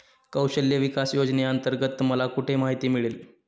कौशल्य विकास योजनेअंतर्गत मला कुठे माहिती मिळेल?